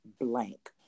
blank